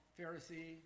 Pharisee